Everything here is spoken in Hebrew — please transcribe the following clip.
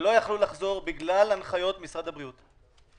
לחל"ת וכולם חוזרים.